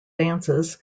dances